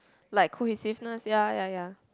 like cohesiveness ya ya ya